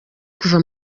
kuva